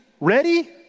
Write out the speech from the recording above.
ready